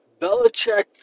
Belichick